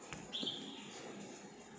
hello